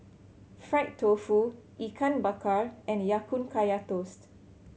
fried tofu Ikan Bakar and Ya Kun Kaya Toast